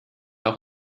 auch